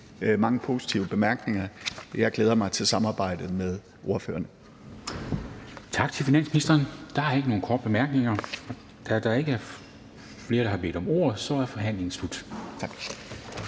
mange positive bemærkninger. Jeg glæder mig til samarbejdet med ordførerne. Kl. 11:28 Formanden (Henrik Dam Kristensen): Tak til finansministeren. Der er ikke nogen korte bemærkninger. Da der ikke er flere, der har bedt om ordet, er forhandlingen sluttet.